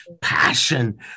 passion